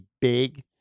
big